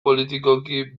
politikoki